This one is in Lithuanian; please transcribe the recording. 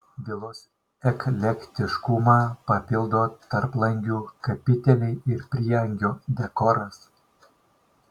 vilos eklektiškumą papildo tarplangių kapiteliai ir prieangio dekoras